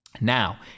Now